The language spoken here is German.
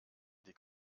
die